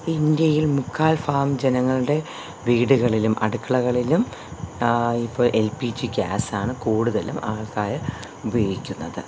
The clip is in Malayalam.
ഇന്ത്യയിൽ മുക്കാൽ ഭാഗം ജനങ്ങളുടെ വീടുകളിലും അടുക്കളകളിലും ഇപ്പോൾ എൽ പി ജി ഗ്യാസ് ആണ് കൂടുതലും ആൾക്കാർ ഉപയോഗിക്കുന്നത്